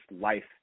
life